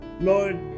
lord